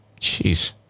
Jeez